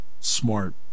smart